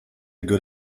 good